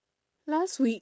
last week